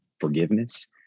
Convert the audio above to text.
forgiveness